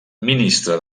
ministre